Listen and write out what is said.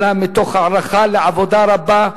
אלא מתוך הערכה לעבודה הרבה,